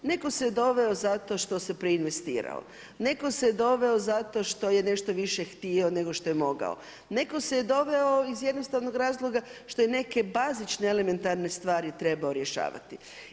Netko se doveo zato što se preinvestirao, netko se doveo zato što je nešto više htio nego što je mogao, netko se doveo iz jednostavno razloga što je neke bazične elementarne stvari treba rješavati.